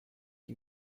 qui